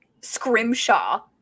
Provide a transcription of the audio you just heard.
Scrimshaw